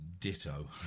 Ditto